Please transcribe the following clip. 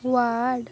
word